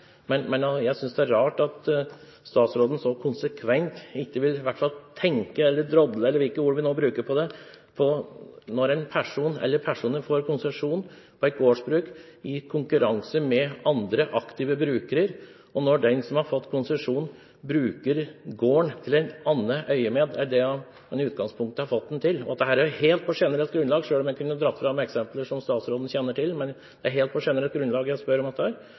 er rart at statsråden så konsekvent ikke vil tenke eller drodle – eller hvilke ord vi nå bruker – rundt det når en person eller personer som får konsesjon på et gårdsbruk i konkurranse med andre aktive brukere, bruker gården i andre øyemed enn det man i utgangspunktet har fått den til. Det er helt på generelt grunnlag jeg spør om dette, selv om jeg kunne ha dratt fram eksempler som statsråden kjenner til. Da synes jeg det er merkelig at statsråden ikke vil bruke i hvert fall noe av tiden sin til å tenke på om det